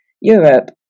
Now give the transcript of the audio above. Europe